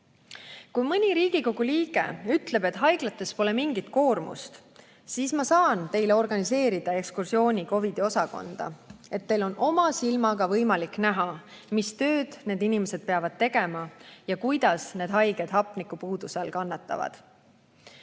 Kui mõni Riigikogu liige ütleb, et haiglates pole mingit koormust, siis ma saan teile organiseerida ekskursiooni COVID‑i osakonda ja teil on oma silmaga võimalik näha, mis tööd need inimesed peavad tegema ja kuidas need haiged hapnikupuuduse all kannatavad.